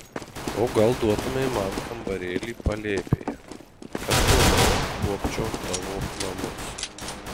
o gal duotumei man kambarėlį palėpėje kad toliau kuopčiau tavo namus